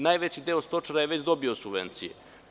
Najveći deo stočara je već dobio subvencije.